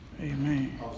Amen